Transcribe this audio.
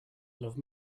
love